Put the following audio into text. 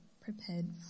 prepared